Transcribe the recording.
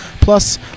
Plus